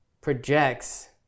projects